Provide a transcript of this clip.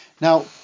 Now